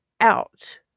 out